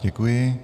Děkuji.